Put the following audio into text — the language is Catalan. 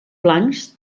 blancs